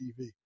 TV